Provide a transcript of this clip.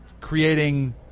creating